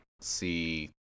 see